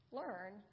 learn